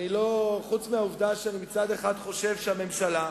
חוץ מהעובדה שאני חושב שהממשלה,